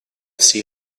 see